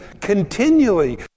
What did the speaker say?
continually